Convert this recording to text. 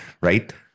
right